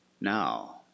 now